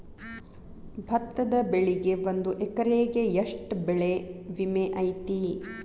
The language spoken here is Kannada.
ಭತ್ತದ ಬೆಳಿಗೆ ಒಂದು ಎಕರೆಗೆ ಎಷ್ಟ ಬೆಳೆ ವಿಮೆ ಐತಿ?